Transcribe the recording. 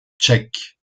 tchèques